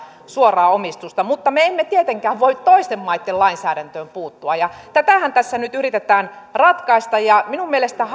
suoraa omistusta mutta me emme tietenkään voi toisten maitten lainsäädäntöön puuttua ja tätähän tässä nyt yritetään ratkaista missä minun mielestäni